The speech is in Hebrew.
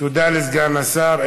תודה לסגן השר.